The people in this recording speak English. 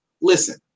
listen